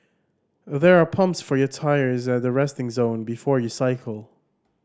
there are pumps for your tyres at the resting zone before you cycle